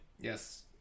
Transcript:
yes